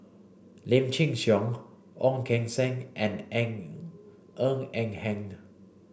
Lim Chin Siong Ong Keng Sen and Ng Eng Ng Hen